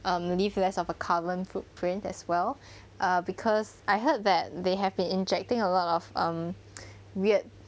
um leave less of a carbon footprint as well because I heard that they have been injecting a lot of um weird